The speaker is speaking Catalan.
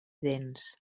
dens